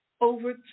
over